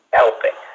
helping